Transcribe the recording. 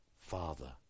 Father